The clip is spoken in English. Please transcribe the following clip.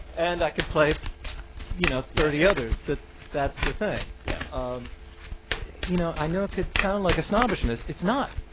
and i could play you know thirty others. that's the thing, yeah um you know i know it could sound like a snobbishness, it's not.